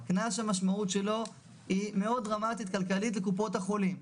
קנס שהמשמעות שלו היא מאוד דרמטית כלכלית לקופות החולים,